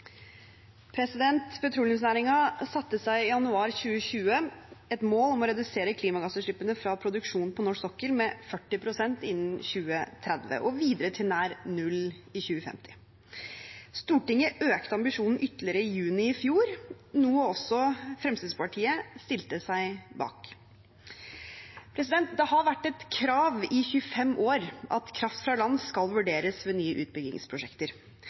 satte seg i januar 2020 et mål om å redusere klimagassutslippene fra produksjon på norsk sokkel med 40 pst. innen 2030, og videre at de skulle være nær null i 2050. Stortinget økte ambisjonen ytterligere i juni i fjor, noe også Fremskrittspartiet stilte seg bak. Det har vært et krav i 25 år at kraft fra land skal vurderes ved nye utbyggingsprosjekter,